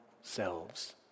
selves